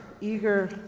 eager